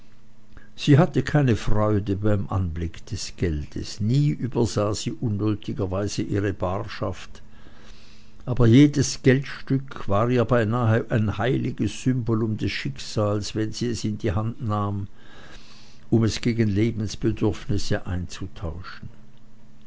sie hatte keine freude beim anblick des geldes nie übersah sie unnötigerweise ihre barschaft aber jedes guldenstück war ihr beinahe ein heiliges symbolum des schicksals wenn sie es in die hand nahm um es gegen lebensbedürfnisse auszutauschen